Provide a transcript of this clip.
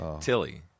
Tilly